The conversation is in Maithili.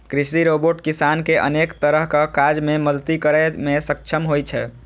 कृषि रोबोट किसान कें अनेक तरहक काज मे मदति करै मे सक्षम होइ छै